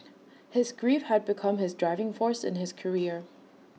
his grief had become his driving force in his career